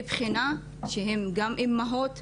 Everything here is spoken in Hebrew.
מהבחינה שהן גם אימהות,